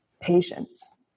patience